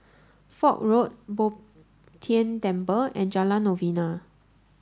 Foch Road Bo Tien Temple and Jalan Novena